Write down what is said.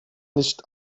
nicht